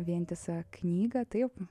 vientisą knygą taip